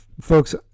folks